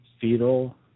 Fetal